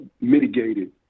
mitigated